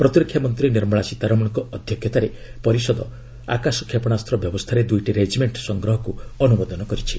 ପ୍ରତିରକ୍ଷା ମନ୍ତ୍ରୀ ନିର୍ମଳା ସୀତାରମଣଙ୍କ ଅଧ୍ୟକ୍ଷତାରେ ପରିଷଦ ଆକାଶ କ୍ଷେପଣାସ୍ତ ବ୍ୟବସ୍ଥାର ଦୁଇଟି ରେଜିମେଣ୍ଟ ସଂଗ୍ରହକୁ ଅନୁମୋଦନ କରିଛି